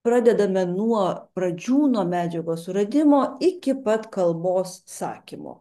pradedame nuo pradžių nuo medžiagos suradimo iki pat kalbos sakymo